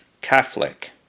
Catholic